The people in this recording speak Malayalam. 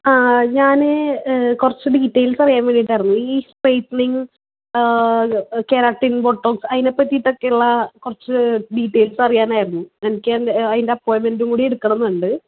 ആ ഞാന് കുറച്ച് ഡീറ്റെയിൽസ് അറിയാൻ വേണ്ടിയിട്ടായിരുന്നു ഈ സ്ട്രെയ്റ്റനിങ് കെരാട്ടിൻ ബോട്ടോക്സ് അതിനെ പറ്റിട്ടുള്ള കുറച്ച് ഡീറ്റെയിൽസ് അറിയാനായിരുന്നു എനിക്ക് അതി അതിൻ്റെ അപ്പോയിൻറ്മെൻറ് കൂടി എടുക്കണം എന്നുണ്ട്